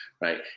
Right